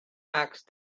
asked